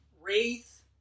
Wraith